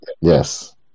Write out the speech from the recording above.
Yes